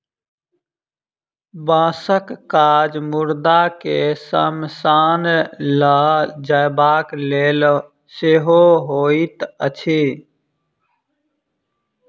बाँसक काज मुर्दा के शमशान ल जयबाक लेल सेहो होइत अछि